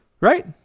Right